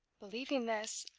believing this,